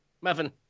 Muffin